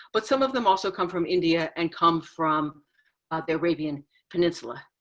but some of them also come from india and come from the arabian peninsula.